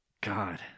god